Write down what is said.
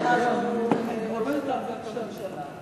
אנחנו הולכים להפיל את הממשלה,